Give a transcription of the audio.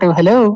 Hello